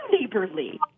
neighborly